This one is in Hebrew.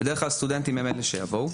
בדרך כלל סטודנטים הם אלה שיבואו.